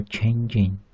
Changing